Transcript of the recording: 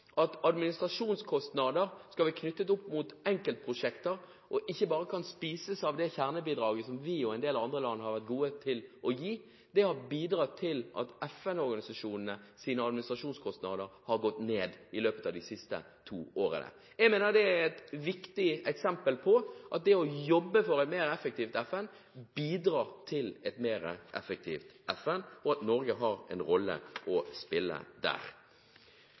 at administrasjonskostnader skal være knyttet opp mot enkeltprosjekter og ikke bare kunne spises av det kjernebidraget vi og en del andre land har vært gode til å gi, har bidratt til at FN-organisasjonenes administrasjonskostnader har gått ned i løpet av de siste to årene. Jeg mener det er et viktig eksempel på at det å jobbe for et mer effektivt FN bidrar til et mer effektivt FN, og at Norge har en rolle å spille der.